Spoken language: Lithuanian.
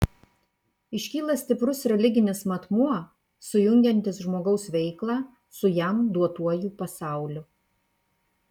iškyla stiprus religinis matmuo sujungiantis žmogaus veiklą su jam duotuoju pasauliu